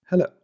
Hello